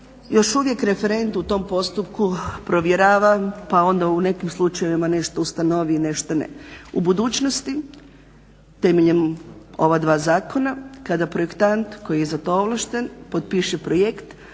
Još uvijek referent u tom postupku provjerava pa onda u nekim slučajevima nešto ustanovi, nešto ne. U budućnosti temeljem ova dva zakona kada projektant koji je za to ovlašten potpiše projekt